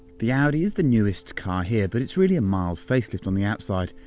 the audi is the newest car here. but it's really a mild face lift on the outside,